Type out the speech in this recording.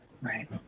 Right